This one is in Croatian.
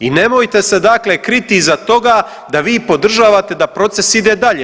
I nemojte se dakle kriti iza toga da vi podržavate da proces ide dalje.